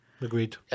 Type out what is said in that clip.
Agreed